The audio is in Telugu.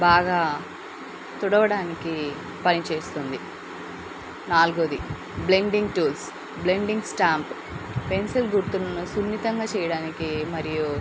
బాగా తుడవడానికి పనిచేస్తుంది నల్గవది blending tools blending stump pencil గుర్తులను సున్నితంగా చేయడానికి మరియు